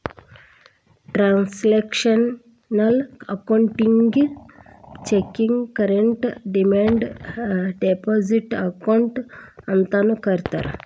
transactional ಅಕೌಂಟಿಗಿ checking current demand deposit account ಅಂತಾನೂ ಕರಿತಾರಾ